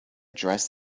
dress